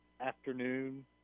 afternoon